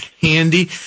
handy